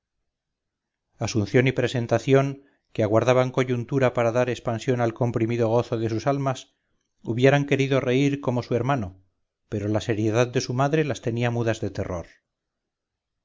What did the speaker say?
asunción y presentación que aguardaban coyuntura para dar expansión al comprimido gozo de sus almas hubieran querido reír como su hermano pero la seriedad de su madre las tenía mudas de terror